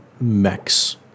Mechs